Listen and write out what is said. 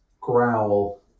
growl